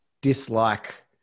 dislike